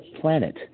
planet